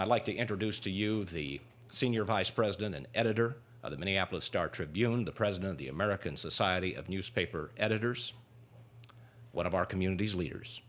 legend like to introduce to you the senior vice president and editor of the minneapolis star tribune and the president of the american society of newspaper editors one of our communities leaders